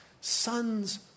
sons